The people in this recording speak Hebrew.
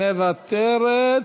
מוותרת,